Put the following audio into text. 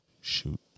Shoot